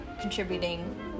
contributing